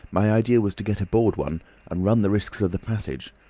my idea was to get aboard one and run the risks of the passage.